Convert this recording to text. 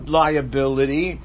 liability